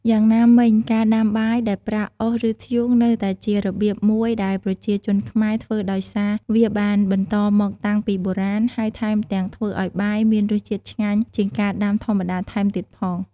យ៉ាងណាមិញ ការដាំបាយដោយប្រើអុស ឬ ធ្យូងនៅតែជារបៀបមួយដែលប្រជាជនខ្មែរធ្វើដោយសារ វាបានបន្តមកតាំងពីបុរាណ ហើយថែមទាំងធ្វើឱ្យបាយមានរសជាតិឆ្ងាញ់ជាងការដាំធម្មតាថែមទៀតផង។